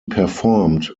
performed